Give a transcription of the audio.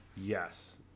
yes